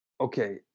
okay